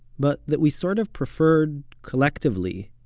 but that we sort of prefered, collectively,